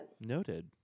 noted